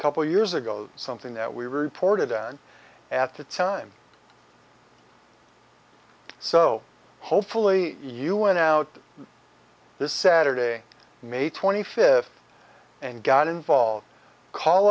couple years ago something that we reported on at the time so hopefully you went out this saturday may twenty fifth and got involved call